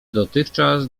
dotychczas